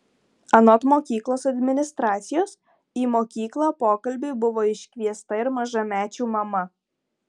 anot mokyklos administracijos į mokyklą pokalbiui buvo iškviesta ir mažamečių mama